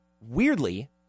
weirdly